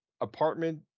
apartment